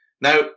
Now